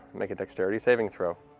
make a dexterity saving throw.